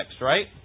right